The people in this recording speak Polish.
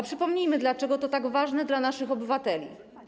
Przypomnijmy, dlaczego to jest tak ważne dla naszych obywateli.